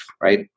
right